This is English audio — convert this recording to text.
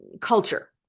culture